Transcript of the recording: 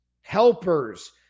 helpers